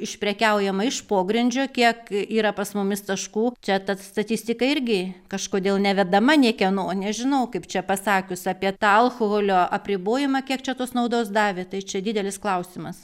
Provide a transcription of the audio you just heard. išprekiaujama iš pogrindžio kiek yra pas mumis taškų čia ta statistika irgi kažkodėl nevedama niekieno nežinau kaip čia pasakius apie tą alkoholio apribojimą kiek čia tos naudos davė tai čia didelis klausimas